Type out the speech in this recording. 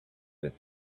with